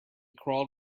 crawled